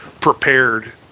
prepared